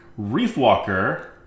Reefwalker